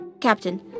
Captain